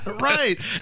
Right